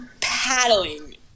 paddling